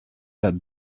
that